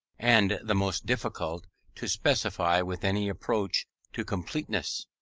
and the most difficult to specify with any approach to completeness.